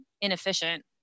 inefficient